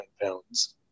pounds